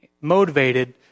motivated